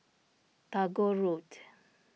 Tagore Road